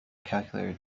calculator